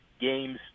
games